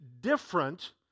different